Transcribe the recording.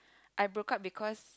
I broke up because